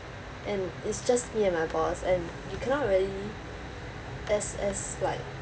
and it's just me and my boss and you cannot really as as like